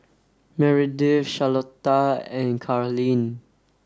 Meredith Charlotta and Carlyn